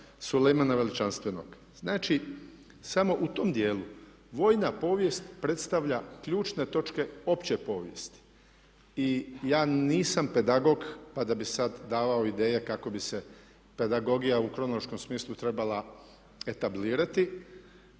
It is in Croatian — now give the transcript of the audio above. Sulejmana Veličanstvenog. Znači samo u tom dijelu vojna povijest predstavlja ključne točke opće povijesti. I ja nisam pedagog pa da bih sada davao ideje kako bi se pedagogija u kronološkom smislu trebala etablirati